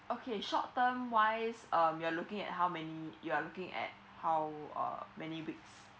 okay short term wise um you are looking at how many you are looking at how uh many weeks